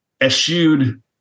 eschewed